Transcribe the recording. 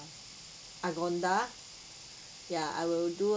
agoda ya I will do